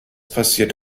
passiert